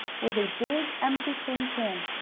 was a big, empty tin can,